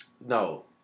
No